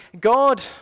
God